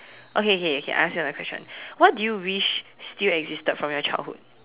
okay okay okay ask you another question what do you wish still existed from your childhood